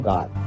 God